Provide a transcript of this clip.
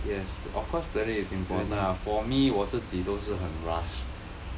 yes of course planning is important ah for me 我自己都是很 rush